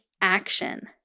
action